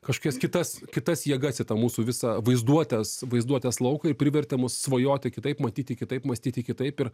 kažkokias kitas kitas jėgas į tą mūsų visą vaizduotės vaizduotės lauką ir privertė mus svajoti kitaip matyti kitaip mąstyti kitaip ir